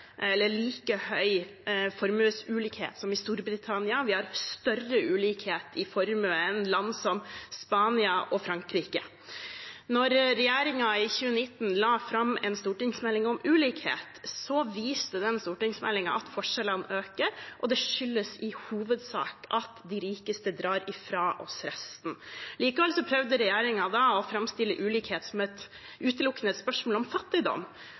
like høy formuesulikhet som i Storbritannia, vi har større ulikhet i formue enn land som Spania og Frankrike. Da regjeringen i 2019 la fram en stortingsmelding om ulikhet, viste stortingsmeldingen at forskjellene øker. Det skyldes i hovedsak at de rikeste drar ifra oss resten. Likevel prøvde regjeringen da å framstille ulikhet som utelukkende et spørsmål om fattigdom.